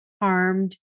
harmed